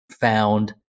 found